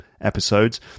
episodes